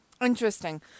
Interesting